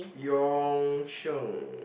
Yong Sheng